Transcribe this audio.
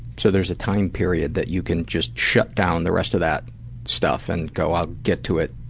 so there is a time period that you can just shut down the rest of that stuff and go out get to it?